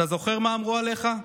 אתה זוכר מה אמרו עליך?